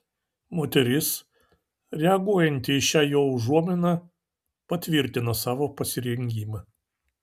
moteris reaguojanti į šią jo užuominą patvirtina savo pasirengimą